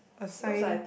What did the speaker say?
a sign